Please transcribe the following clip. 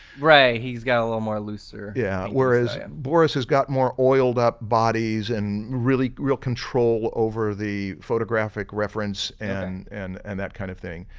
right, he's got a little more looser. marshall yeah, whereas and boris has got more oiled up bodies and really real control over the photographic reference and and and that kind of thing.